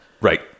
Right